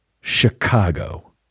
Chicago